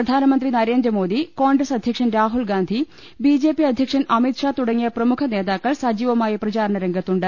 പ്രധാനമന്ത്രി നരേന്ദ്ര മോദി കോൺഗ്രസ് അധ്യക്ഷൻ Rahul Gandhi B J P അധ്യക്ഷൻ അമിത് ഷാ തുടങ്ങിയ പ്രമുഖ നേതാക്കൾ സജീവ മായി പ്രചാരണ രംഗത്തുണ്ട്